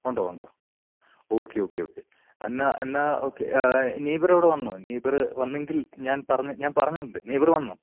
ഉണ്ട് ഉണ്ട് okay okay okay എന്നാ എന്നാ ഓക്കേ നെയ്ബറവിടെ വന്നോ നെയ്ബറ് വന്നെങ്കിൽ ഞാൻ ഞാൻ പറഞ്ഞിട്ടുണ്ട് നെയ്ബറ് വന്നോ